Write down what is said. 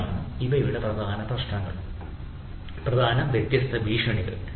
ഇവയാണ് ഇവയുടെ വ്യത്യസ്ത പ്രശ്നങ്ങൾ വ്യത്യസ്ത ഭീഷണികൾ